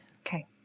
Okay